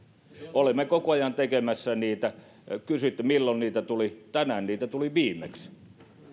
olemme koko ajan tekemässä niitä kysyitte milloin niitä tuli tänään niitä tuli viimeksi